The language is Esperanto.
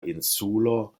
insulo